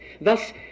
Thus